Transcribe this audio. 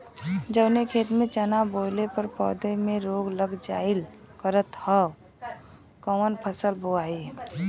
जवने खेत में चना बोअले पर पौधा में रोग लग जाईल करत ह त कवन फसल बोआई?